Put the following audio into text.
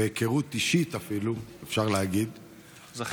היכרות אישית אפילו, אפשר להגיד, זכית.